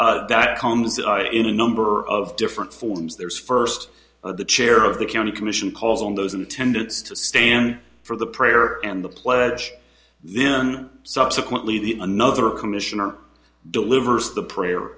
are in a number of different forms there is first of the chair of the county commission calls on those in attendance to stand for the prayer and the pledge then subsequently the another commissioner delivers the prayer